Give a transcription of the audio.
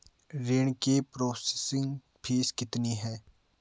ऋण की processing fees कितनी है?